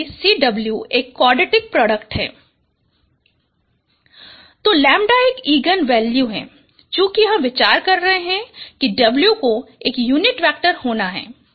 LW WTCW ∂L∂W0 →2CW 2λW0 →CW λW तो λ एक eigenvalue है और चूंकि हम विचार कर रहे हैं कि W को एक यूनिट वेक्टर होना है